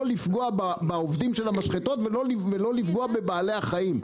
לפגוע בעובדים של המשחטות ולא לפגוע בבעלי החיים.